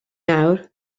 nawr